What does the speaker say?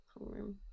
homeroom